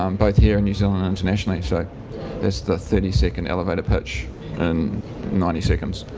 um both here in new zealand internationally. so that's the thirty second elevator pitch in ninety seconds.